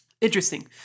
Interesting